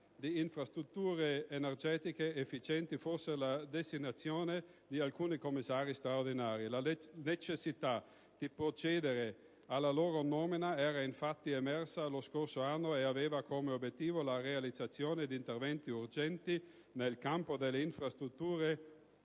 di infrastrutture energetiche efficienti fosse la designazione di alcuni commissari straordinari. La necessità di procedere alla loro nomina era infatti emersa lo scorso anno ed aveva come obiettivo la realizzazione di interventi urgenti nel campo delle infrastrutture